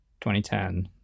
2010